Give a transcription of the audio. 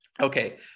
okay